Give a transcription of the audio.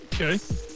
okay